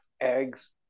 eggs